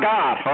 God